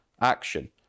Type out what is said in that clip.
action